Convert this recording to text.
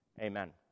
amen